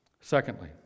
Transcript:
Secondly